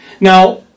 Now